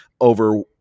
over